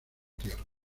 tierra